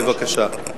בבקשה.